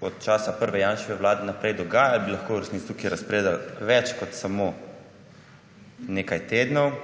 od časa prve Janševe vlade naprej, dogajalo, bi lahko v resnici tukaj razpredali več kot samo nekaj tednov.